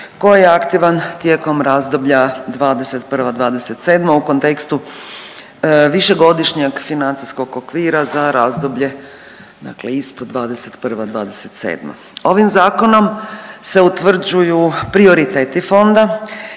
koji je aktivan tijekom razdoblja '21.-'27. u kontekstu višegodišnjeg financijskog okvira za razdoblje dakle isto '21.-'27.. Ovim zakonom se utvrđuju prioriteti fonda,